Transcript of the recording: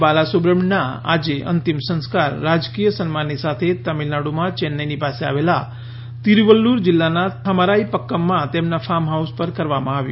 બાલાસુબ્રમણ્યમના અંતિમ સંસ્કાર આજે રાજકીય સન્માનની સાથે તામિલનાડુમાં ચેન્નાઇની પાસે આવેલા તિરૃવલ્લુર જિલ્લાના થમારાઇપક્કમમાં તેમના ફાર્મહાઉસ ઉપર કરવામાં આવ્યું